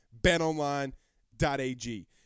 BetOnline.ag